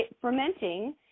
fermenting